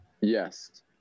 yes